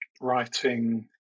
writing